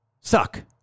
suck